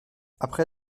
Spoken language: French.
après